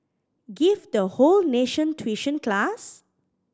give the whole nation tuition class